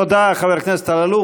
תודה, חבר הכנסת אלאלוף.